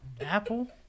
Apple